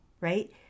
right